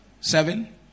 Seven